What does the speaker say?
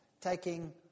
taking